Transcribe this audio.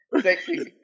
Sexy